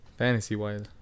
Fantasy-wise